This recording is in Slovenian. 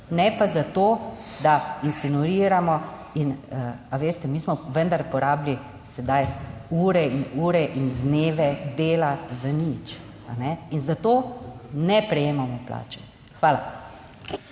ne pa za to, da insinuiram. In a veste, mi smo vendar porabili sedaj ure in ure in dneve dela za nič, a ne. In za to ne prejemamo plače. Hvala.